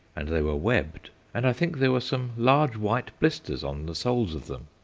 and they were webbed, and i think there were some large white blisters on the soles of them.